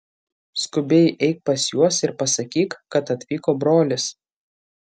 skubiai eik pas juos ir pasakyk kad atvyko brolis